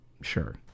sure